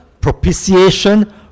propitiation